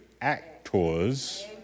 actors